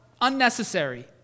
unnecessary